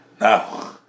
now